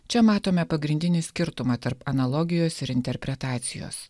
čia matome pagrindinį skirtumą tarp analogijos ir interpretacijos